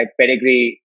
pedigree